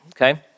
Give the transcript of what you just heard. okay